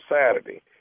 Saturday